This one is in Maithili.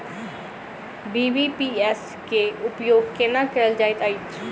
बी.बी.पी.एस केँ उपयोग केना कएल जाइत अछि?